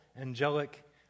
angelic